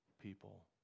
people